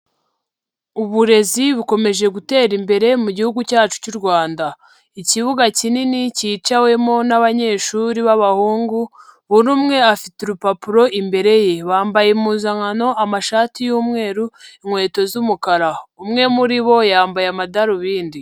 Uburezi bukomeje gutera imbere mu gihugu cyacu cy'u Rwanda, ikibuga kinini cyicawemo n'abanyeshuri b'abahungu, buri umwe afite urupapuro imbere ye, bambaye impuzankano amashati y'umweru, inkweto z'umukara, umwe muri bo yambaye amadarubindi.